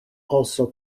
also